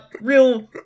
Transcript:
real